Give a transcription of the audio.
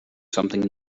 something